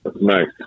Nice